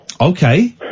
Okay